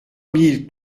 mille